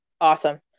Awesome